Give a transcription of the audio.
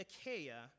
Achaia